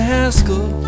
Haskell